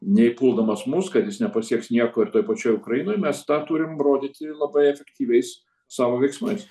nei puldamas mus kad jis nepasieks nieko ir toj pačioj ukrainoj mes tą turim rodyti labai efektyviais savo veiksmais